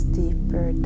deeper